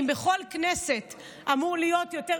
אם בכל כנסת אמורות להיות יותר,